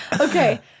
Okay